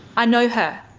i know her,